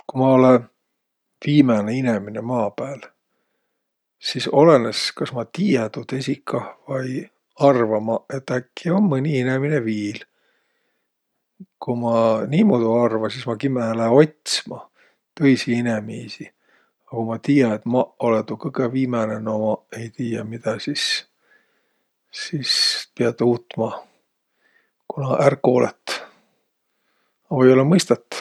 Ku ma olõ viimäne inemine maa pääl, sis olõnõs, kas ma tiiä tuud esiq kah, vai arva ma, et äkki um mõni inemine viil. Ku ma niimuudu arva, sis ma kimmähe lää otsma tõisi inemiisi. A ku ma tiiä, et maq olõ tuu kõgõ viimäne, no maq ei tiiäq, midä sis. Sis piät uutma, kuna ärq koolõt. A või-ollaq mõistat.